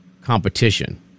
competition